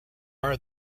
are